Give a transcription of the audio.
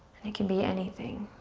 it can be anything.